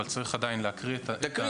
אבל צריך עדיין להקריא את הנוסח.